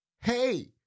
Hey